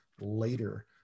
later